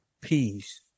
peace